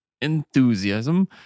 enthusiasm